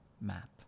map